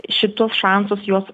šitus šansus jos